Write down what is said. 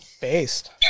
based